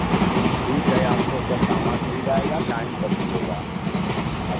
तो ठीक है आपको सब सामान मिल जाएगा टाइम पर मिलेगा आप